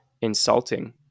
insulting